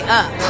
up